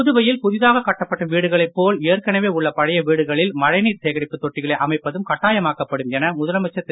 புதுவையில் புதிதாக கட்டப்படும் வீடுகளை போல ஏற்கனவே உள்ள பழைய வீடுகளில் மழைநீர் சேகரிப்பு தொட்டிகளை அமைப்பதும் கட்டாயமாக்கப்படும் என முதலமைச்சர் திரு